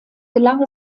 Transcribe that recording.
gelang